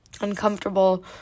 uncomfortable